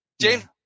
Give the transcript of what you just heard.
James